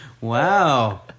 Wow